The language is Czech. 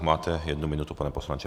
Máte jednu minutu, pane poslanče.